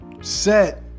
set